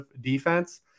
defense